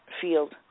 field